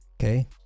Okay